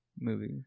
movie